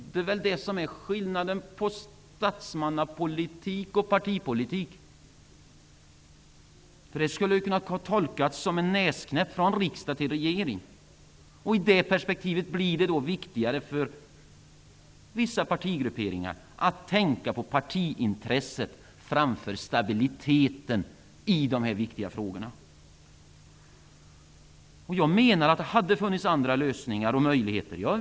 Det är väl det som utgör skillnaden mellan statsmannapolitik och partipolitik. Det här hade ju kunnat tolkas så att riksdagen gav regeringen en näsknäpp. I det perspektivet blir det viktigare för vissa partigrupperingar att tänka på partiintresset mera än på stabiliteten i de här viktiga frågorna. Jag menar alltså att det hade funnits andra lösningar och möjligheter.